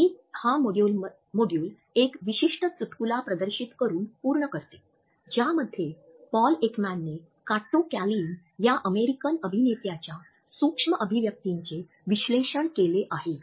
मी हा मॉड्यूल एक विशिष्ट चुटकुला प्रदर्शित करून पूर्ण करतो ज्यामध्ये पॉल एकमॅनने काटो कॅलिन या अमेरिकन अभिनेत्याच्या सूक्ष्म अभिव्यक्तीचे विश्लेषण केले आहे